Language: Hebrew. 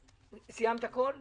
סיימת לקרוא הכול?